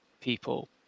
people